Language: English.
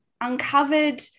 uncovered